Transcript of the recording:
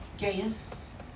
Gaius